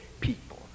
people